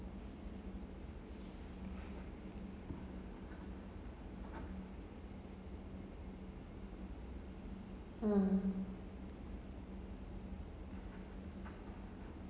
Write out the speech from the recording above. mm